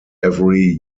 every